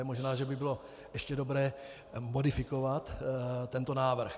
Možná že by bylo ještě dobré modifikovat tento návrh.